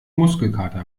muskelkater